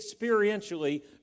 experientially